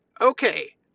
Okay